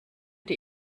die